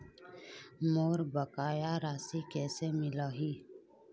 मोर बकाया राशि कैसे मिलही?